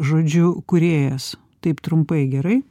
žodžiu kūrėjas taip trumpai gerai